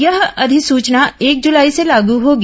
यह अधिसूचना एक जुलाई से लागू होगी